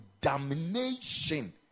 damnation